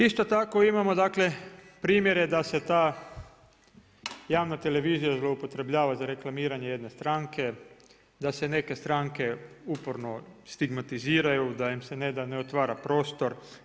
Isto tako imamo dakle primjere da se ta javna televizija zloupotrebljava za reklamiranje jedne stranke, da se neke stranke uporno stigmatiziraju, da im se ne da, ne otvara prostor.